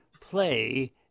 play